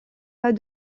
pas